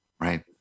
Right